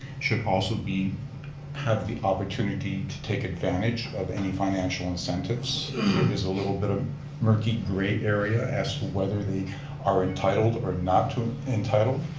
should also have the opportunity to take advantage of any financial incentives is a little bit of murky gray area as to whether they are entitled or not to entitled.